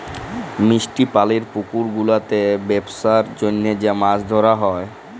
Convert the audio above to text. মিষ্টি পালির পুকুর গুলাতে বেপসার জনহ যে মাছ ধরা হ্যয়